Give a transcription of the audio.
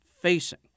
facing